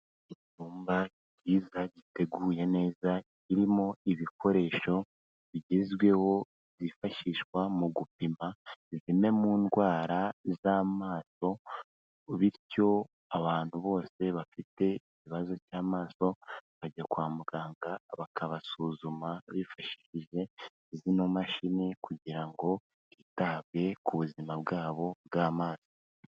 Icyumba kiza, giteguye neza kirimo ibikoresho bigezweho, byifashishwa mu gupima zimwe mu ndwara z'amaso bityo abantu bose bafite ikibazo cy'amaso bakajya kwa muganga, bakabasuzuma bifashishije zino mashini kugira ngo hitabwe ku buzima bwabo bw'amaso.